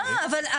לא הימור.